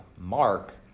mark